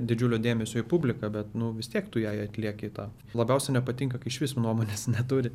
didžiulio dėmesio į publiką bet nu vis tiek tu jai atlieki tą labiausia nepatinka kai iš viso nuomonės neturi